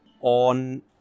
on